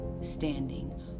standing